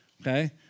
okay